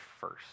first